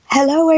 Hello